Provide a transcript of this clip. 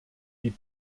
die